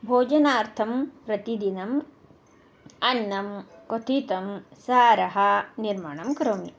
भोजनार्थं प्रतिदिनम् अन्नं क्वथितं सारः निर्माणं करोमि